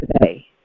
today